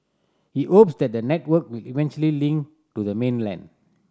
he hopes that the network will eventually link to the mainland